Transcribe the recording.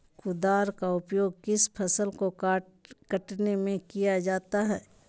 कुदाल का उपयोग किया फसल को कटने में किया जाता हैं?